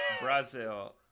Brazil